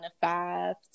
five